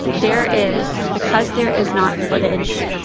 there is because there is not footage,